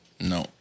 No